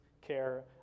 care